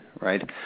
right